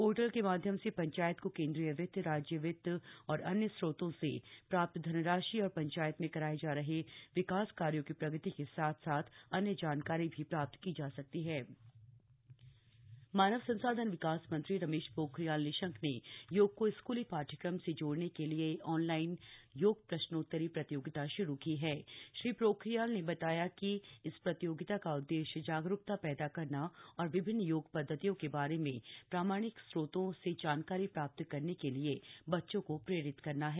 portal के माध्यम से पंचायत को केन्द्रीय वित्त राज्य वित्त और अन्य स्रोतों से प्राप्त धनराशि और पंचायत में कराये जा रहे विकास कार्यों की प्रगति के साथ साथ अन्य जानकारी भी प्राप्त की जा सकती हण एचआरडी मंत्री मानव संसाधन विकास मंत्री रमेश पोखरियाल निशंक ने योग को स्क्ली पाठ्यक्रम से जोड़ने के लिए ऑनलाइन योग प्रश्नोतरी प्रतियोगिता श्रू की हप श्री पोखरियाल ने बताया कि इस प्रतियोगिता का उददेश्य जागरूकता पद्वा करना और विभिन्न योग पदधतियों के बारे में प्रामाणिक स्रोतों से जानकारी प्राप्त करने के लिए बच्चों को प्रेरित करना है